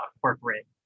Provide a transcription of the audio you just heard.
corporate